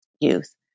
youth